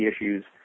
issues